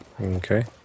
Okay